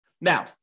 now